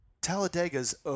Talladega's